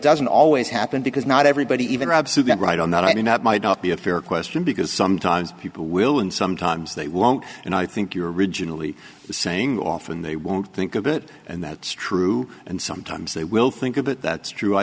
doesn't always happen because not everybody even absolutely right on that i mean that might not be a fair question because sometimes people will and sometimes they won't and i think you're originally saying often they won't think of it and that's true and sometimes they will think a bit that's true i